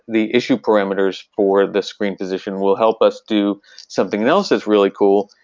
the issue parameters for the screen position will help us do something else that's really cool,